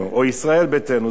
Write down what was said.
היתה התלבטות בעניין הזה.